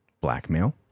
blackmail